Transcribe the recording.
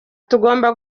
tugomba